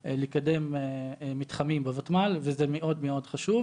ואם אנחנו נמשיך בטעות של הקודמים אז לא פתרנו את הבעיה.